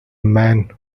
man